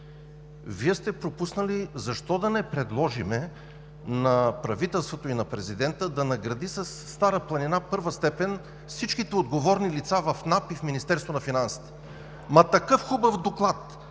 Вие сте пропуснали защо да не предложим на правителството и на президента да награди със „Стара планина“ първа степен всичките отговорни лица в НАП и в Министерството на